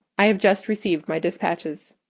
i have just received my dispatches,